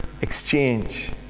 exchange